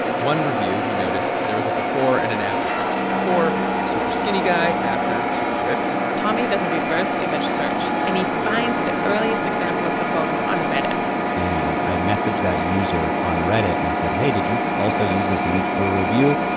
one review, he noticed there was a before and an after picture. before super skinny guy, after super ripped tommy does a reverse image search, and he finds the earliest example of the photo on reddit and i message that user on reddit, and i said, hey, did you also use this image for a review?